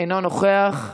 אינו נוכח,